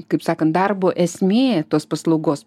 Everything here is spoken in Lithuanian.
kaip sakant darbo esmė tos paslaugos